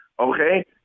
okay